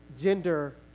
gender